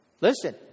Listen